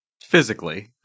Physically